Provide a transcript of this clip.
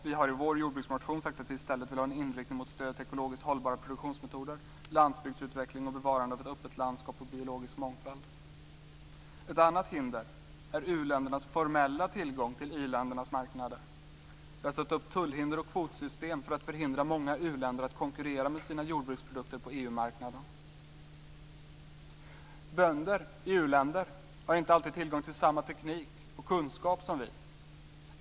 Vi har i vår jordbruksmotion sagt att vi i stället vill ha en inriktning mot stöd till ekologiskt hållbara produktionsmetoder, landsbygdsutveckling och bevarande av ett öppet landskap och biologisk mångfald. Ett annat hinder är u-ländernas formella tillgång till i-ländernas marknader. Vi har satt upp tullhinder och kvotsystem som förhindrar många u-länder att konkurrera med sina jordbruksprodukter på EU Bönder i u-länder har inte alltid tillgång till samma teknik och kunskap som vi.